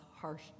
harsh